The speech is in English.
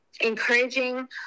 encouraging